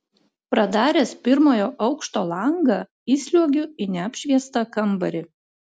pradaręs pirmojo aukšto langą įsliuogiu į neapšviestą kambarį